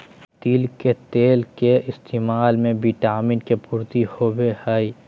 तिल के तेल के इस्तेमाल से विटामिन के पूर्ति होवो हय